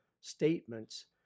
statements